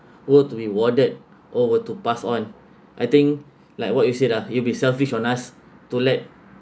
or to be warded or were to passed on I think like what you said lah it'll be selfish on us to let